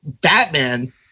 Batman